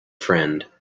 friend